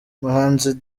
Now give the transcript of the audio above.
umuhanzi